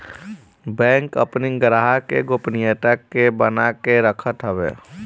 bank अपनी ग्राहक के गोपनीयता के बना के रखत हवे